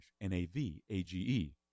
N-A-V-A-G-E